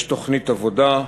יש תוכנית עבודה,